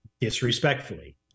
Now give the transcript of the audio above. disrespectfully